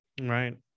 Right